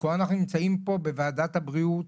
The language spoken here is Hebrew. אנחנו נמצאים פה בוועדת הבריאות,